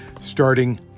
starting